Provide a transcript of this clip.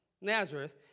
Nazareth